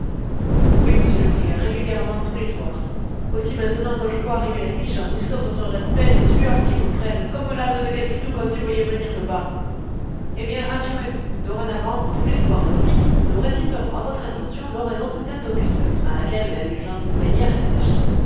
oui monsieur le prieur régulièrement tous les soirs aussi maintenant quand je vois arriver la nuit j'en ai sauf votre respect les sueurs qui me prennent comme l'âne de capitou quand il voyait venir le bât eh bien rassurez-vous dorénavant tous les soirs à l'office nous réciterons à votre intention l'oraison de saint augustin à laquelle l'indulgence plénière est attachée